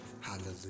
Hallelujah